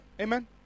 Amen